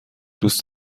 دوست